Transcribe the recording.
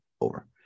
over